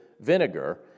vinegar